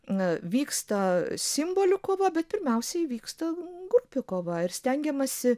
na vyksta simbolių kova bet pirmiausiai įvyksta grupių kova ir stengiamasi